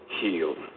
healed